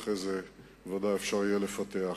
ולאחר מכן בוודאי אפשר יהיה לפתח.